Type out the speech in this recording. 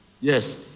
Yes